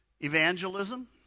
evangelism